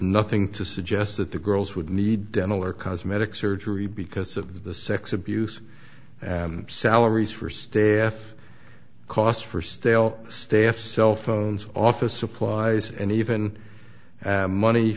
nothing to suggest that the girls would need dental or cosmetic surgery because of the sex abuse and salaries for staff costs for stale staff cellphones office supplies and even money